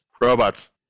Robots